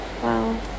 Wow